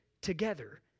together